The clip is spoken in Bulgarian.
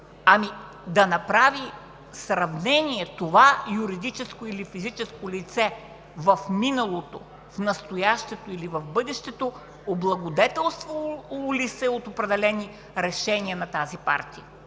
и да направи сравнение това юридическо или физическо лице в миналото, в настоящото или в бъдещето, облагодетелствало ли се е от определени решения на тази партия.